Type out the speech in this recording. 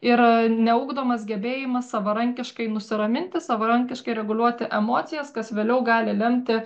ir neugdomas gebėjimas savarankiškai nusiraminti savarankiškai reguliuoti emocijas kas vėliau gali lemti